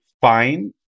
fine